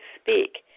speak